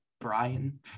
Brian